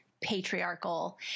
patriarchal